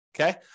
okay